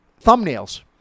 Thumbnails